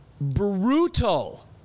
Brutal